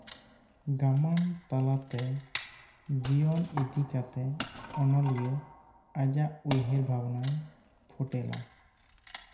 ᱜᱟᱢᱟᱢ ᱛᱟᱞᱟᱛᱮ ᱡᱤᱭᱚᱱ ᱤᱫᱤ ᱠᱟᱛᱮ ᱚᱱᱚᱞᱤᱭᱟᱹ ᱟᱡᱟᱜ ᱩᱭᱦᱟᱹᱨ ᱵᱷᱟᱵᱱᱟᱭ ᱯᱷᱳᱴᱮᱞᱟ